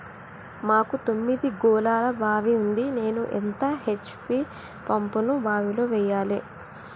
మాకు తొమ్మిది గోళాల బావి ఉంది నేను ఎంత హెచ్.పి పంపును బావిలో వెయ్యాలే?